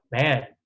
man